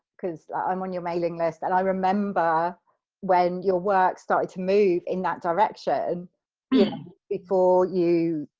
cause i'm on your mailing list and i remember when your work started to move in that direction before you,